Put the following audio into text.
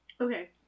Okay